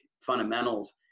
fundamentals –